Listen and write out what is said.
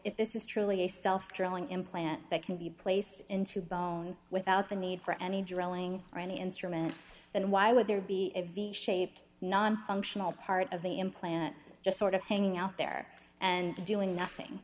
if this is truly a self growing implant that can be placed into bone without the need for any drilling or any instrument then why would there be a shaped non functional part of the implant just sort of hanging out there and doing nothing